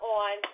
on